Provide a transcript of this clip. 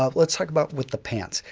ah let's talk about with the pants.